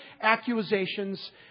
accusations